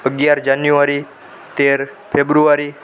અગિયાર જાન્યુઆરી તેર ફેબ્રુઆરી